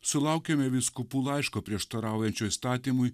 sulaukėme vyskupų laiško prieštaraujančio įstatymui